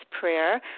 prayer